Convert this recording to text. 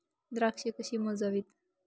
द्राक्षे कशी मोजावीत?